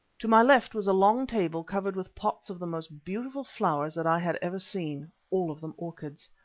to my left was a long table covered with pots of the most beautiful flowers that i had ever seen all of them orchids.